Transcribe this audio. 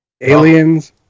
Aliens